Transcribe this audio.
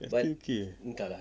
tapi okay